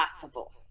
possible